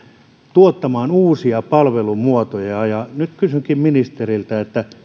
tuottamaan uusia palvelumuotoja nyt kysynkin ministeriltä